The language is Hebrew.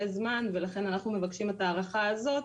זמן ולכן אנחנו מבקשים את ההארכה הזאת,